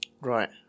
Right